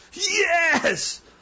Yes